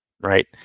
right